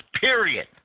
period